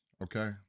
Okay